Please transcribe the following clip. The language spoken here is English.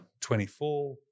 24